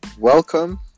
Welcome